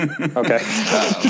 Okay